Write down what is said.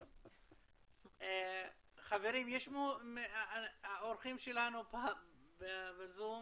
מחמוד נסאר, תציג את עצמך, בבקשה.